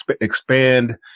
expand